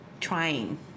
trying